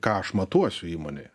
ką aš matuosiu įmonėje